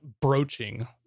broaching